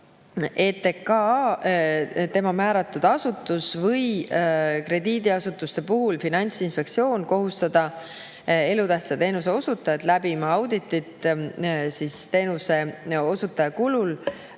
ETKA, tema määratud asutus või krediidiasutuste puhul Finantsinspektsioon kohustada elutähtsa teenuse osutajat läbima auditit teenuseosutaja kulul